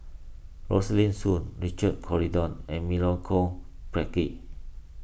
Rosaline Soon Richard Corridon and Milenko Prvacki